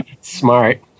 smart